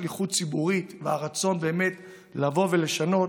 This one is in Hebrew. שליחות ציבורית והרצון באמת לבוא ולשנות,